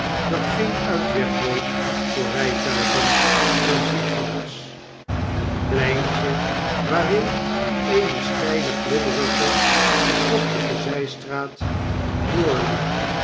dat geen uitweg bood voor rfltuigen en voetgangers een pleintje waarin eene steile glibberige en bochtige zptraat doorliep